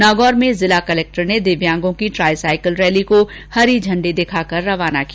नागौर में जिला कलेक्टर ने दिव्यांगों की ट्राइसाइकिल रैली को हरी झंडी दिखाकर रवाना किया